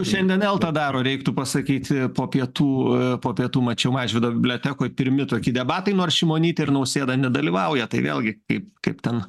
šiandien elta daro reiktų pasakyt po pietų po pietų mačiau mažvydo bibliotekoj pirmi toki debatai nors šimonytė ir nausėda nedalyvauja tai vėlgi kaip kaip ten